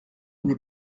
n’est